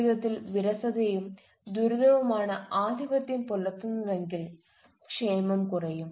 ജീവിതത്തിൽ വിരസതയും ദുരിതവുമാണ് ആധിപത്യം പുലർത്തുന്നതെങ്കിൽ ക്ഷേമം കുറയും